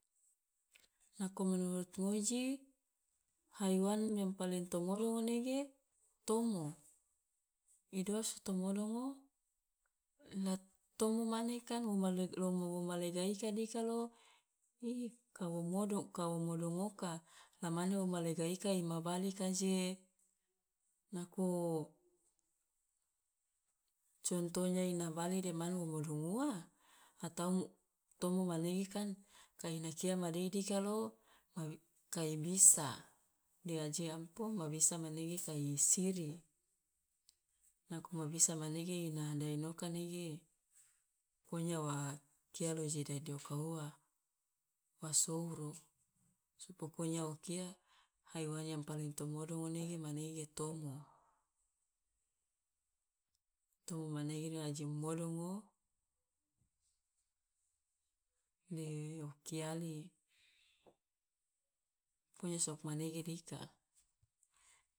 Nako menurut ngoji, haiwan yang paling to modong manege tomo, i doa so to modongo? Nat tomo mane kan woma le lo woma lega ika dika lo i ka wo modong ka wo modong oka, la mane wo ma lega ika i ma bale kaje nako contohnya ina bale de manu wo modong ua? Atau tomo ma lenge kan ka ina kia ma dei dika lo ma i kai bisa, de aje ampong ma bisa mage kai siri, nako ma bisa manege ina dainoka nege pokonya wa kia lo je dadi oka ua, wa souru. Pokonya o kia haiwan yang paling to modongo nege manege tomo, tomo manege aje modongo de o kia, pokonya sok manege dika.